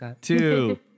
two